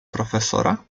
profesora